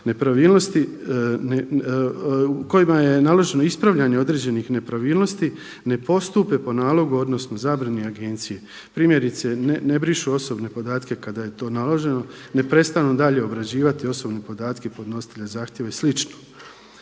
kojima je naloženo ispostavljanje određenih nepravilnosti ne postupe po nalogu odnosno zabrani agencije. Primjerice, ne brišu osobne podatke kada je to naloženo, neprestano dalje obrađivati osobne podatke podnositelja zahtjeva i